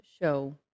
show